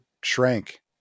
shrank